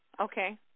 Okay